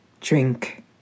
drink